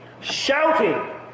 Shouting